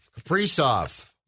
Kaprizov